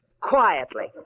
quietly